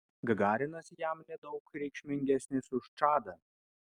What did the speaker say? gagarinas jam nedaug reikšmingesnis už čadą